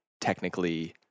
technically